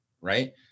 right